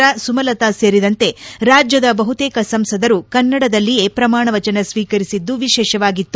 ಸಿದ್ದೇಶ್ವರ್ ಸುಮಲತಾ ಸೇರಿದಂತೆ ರಾಜ್ಯದ ಬಹುತೇಕ ಸಂಸದರು ಕನ್ನಡದಲ್ಲಿಯೇ ಪ್ರಮಾಣ ವಚನ ಸ್ವೀಕರಿಸಿದ್ದು ವಿಶೇಷವಾಗಿತ್ತು